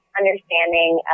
understanding